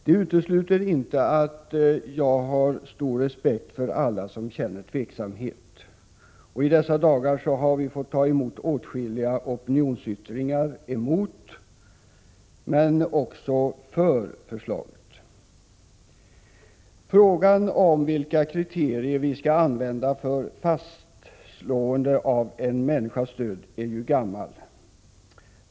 Det utesluter inte att jag har stor respekt för alla som känner tveksamhet. I dessa dagar har vi fått ta emot åtskilliga opinionsyttringar mot men också för förslaget. Frågan om vilka kriterier vi skall använda för fastslående av en människas död är gammal.